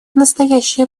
настоящее